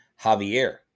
Javier